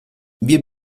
wir